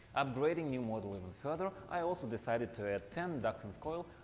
upgrading new model even further i also decided to add ten industance coils.